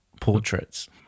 portraits